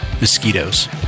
mosquitoes